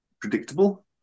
predictable